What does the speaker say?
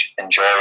enjoy